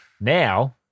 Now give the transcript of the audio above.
now